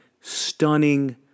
Stunning